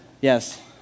Yes